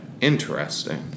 Interesting